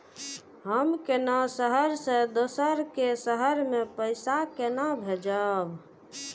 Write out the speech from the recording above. हम केना शहर से दोसर के शहर मैं पैसा केना भेजव?